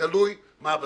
תלוי מה הבסיס,